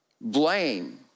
Blame